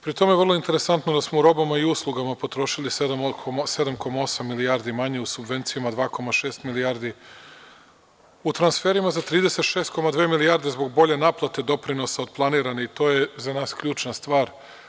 Pri tome, vrlo je interesantno da smo u robama i uslugama potrošili 7,8 milijardi manje, u subvencijama 2,6 milijardi, u transferima 36,2 milijarde zbog bolje naplate doprinosa od planirane i to je za nas ključna stvar.